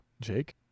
Jake